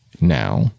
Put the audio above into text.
now